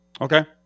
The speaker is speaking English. Okay